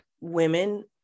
women